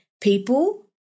People